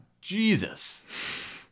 Jesus